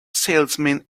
salesman